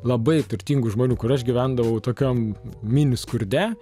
labai turtingų žmonių kur aš gyvendavau tokiom mini skurde